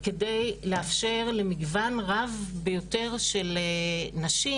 כדי לאפשר למגוון רב ביותר של נשים